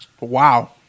Wow